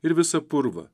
ir visą purvą